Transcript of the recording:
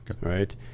right